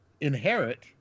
inherit